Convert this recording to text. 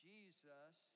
Jesus